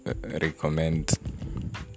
recommend